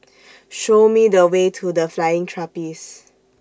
Show Me The Way to The Flying Trapeze